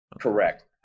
Correct